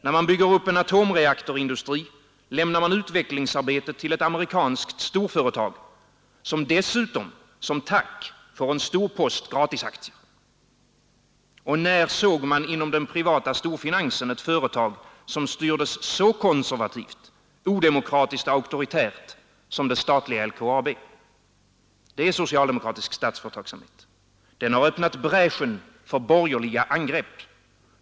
När man bygger upp en atomreaktorindustri, lämnar man utvecklingsarbetet till ett amerikanskt storföretag, som dessutom som tack får en stor post gratisaktier. Och när såg man inom den privata storfinansen ett företag som styrdes så konservativt, odemokratiskt och auktoritärt som det statliga LKAB? Det är socialdemokratisk statsföretagsamhet. Den har öppnat bräschen för de borgerligas angrepp.